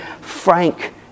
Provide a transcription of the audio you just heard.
frank